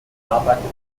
arbeitete